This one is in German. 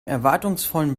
erwartungsvollen